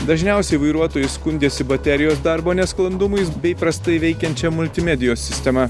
dažniausiai vairuotojai skundėsi baterijos darbo nesklandumais bei prastai veikiančia multimedijos sistema